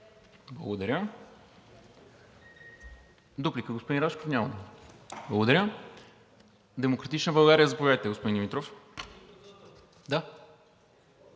Благодаря. Дуплика, господин Рашков? Няма да има. Благодаря. От „Демократична България“ – заповядайте, господин Димитров.